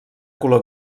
color